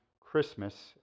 Christmas